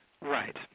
Right